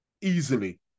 easily